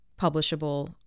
publishable